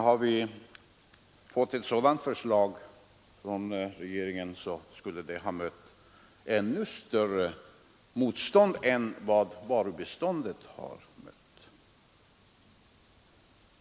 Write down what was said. Hade vi fått ett sådant förslag från regeringen, skulle det mött ett ännu större motstånd än förslaget om varubistånd.